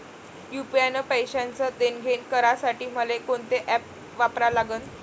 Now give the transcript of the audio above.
UPI न पैशाचं देणंघेणं करासाठी मले कोनते ॲप वापरा लागन?